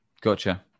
Gotcha